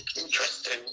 interesting